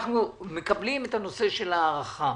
אנחנו מקבלים את הנושא של ההארכה.